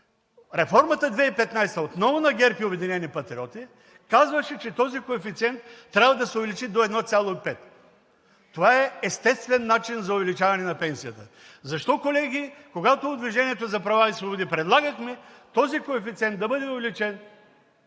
Реформата от 2015 г., отново на ГЕРБ и „Обединени патриоти“, казваше, че този коефициент трябва да се увеличи до 1,5. Това е естествен начин за увеличаване на пенсията. Защо колеги, когато от „Движението за права и свободи“ предлагахме този коефициент да бъде увеличен